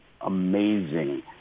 amazing